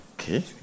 okay